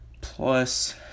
plus